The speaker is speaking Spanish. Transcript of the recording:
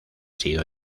sido